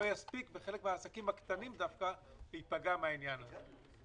יספיק וחלק מהעסקים הקטנים דווקא ייפגע מהעניין הזה?